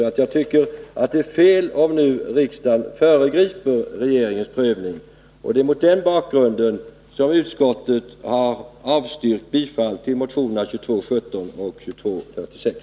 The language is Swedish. Jag tycker att det är fel om riksdagen nu föregriper regeringens prövning. Det är mot den bakgrunden som utskottet har avstyrkt bifall till motionerna 2217 och 2246.